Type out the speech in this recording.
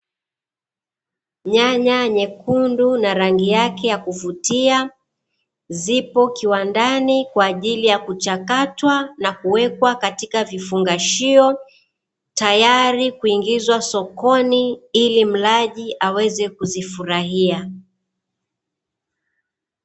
Nyanya nyekundu na rangi ya kuvutia zipo kiwandani, kwaajili yakuchakatwa na kuwekwa katika vifungashio tayari kuingizwa sokoni ili mlaji aweze kuzifurahia.